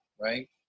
right